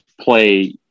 play